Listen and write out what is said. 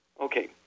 Okay